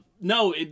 No